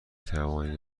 توانید